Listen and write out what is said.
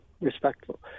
respectful